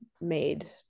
made